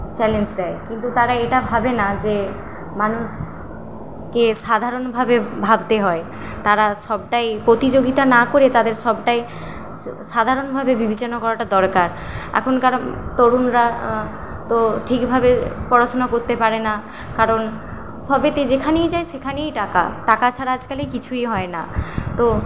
challenge দেয় কিন্তু তারা এটা ভাবে না যে মানুষকে সাধারণভাবে ভাবতে হয় তারা সবটাই প্রতিযোগিতা না করে তাদের সবটাই সা সাধারণভাবে বিবেচনা করাটা দরকার এখনকার তরুণরা তো ঠিকভাবে পড়াশোনা করতে পারে না কারণ সবেতেই যেখানেই যায় সেখানেই টাকা টাকা ছাড়া আজকাল কিছুই হয় না তো